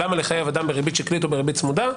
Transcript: למה לחייב אדם בריבית שקלית או בריבית צמודה?